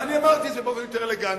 אמרתי את זה באופן יותר אלגנטי.